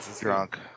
Drunk